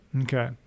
Okay